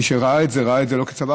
מי שראה את זה ראה את זה לא כצוואה,